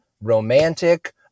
romantic